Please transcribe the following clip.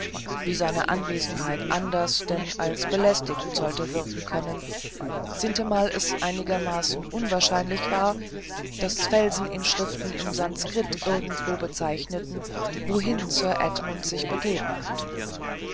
wie seine anwesenheit anders denn als belästigend sollte wirken können sintemal es einigermaßen unwahrscheinlich war daß felseninschriften im sanskrit irgendwo bezeichneten wohin sir edmund sich begeben hatte